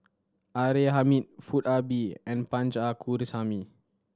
R A Hamid Foo Ah Bee and Punch Coomaraswamy